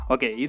Okay